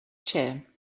chair